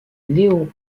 leo